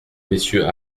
messieurs